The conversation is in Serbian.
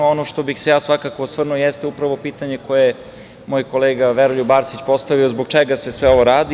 Ono na šta bih se ja osvrnuo jeste upravo pitanje koje je moj kolega Veroljub Arsić postavio – zbog čega se sve ovo radi?